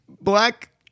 black